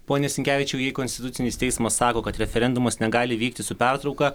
pone sinkevičiau jei konstitucinis teismas sako kad referendumas negali vykti su pertrauka